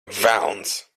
velns